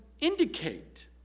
indicate